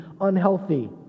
unhealthy